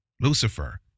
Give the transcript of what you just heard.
Lucifer